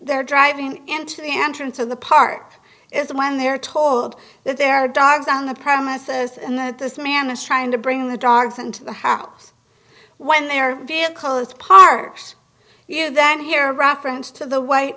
they're driving into the entrance of the park it's when they're told that there are dogs on the premises and that this man is trying to bring the darvon to the house when their vehicle is parked you then hear reference to the white